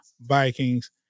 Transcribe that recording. Vikings